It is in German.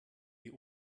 wie